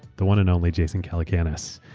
the one and only jason calacanis.